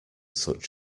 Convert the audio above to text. such